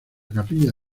capilla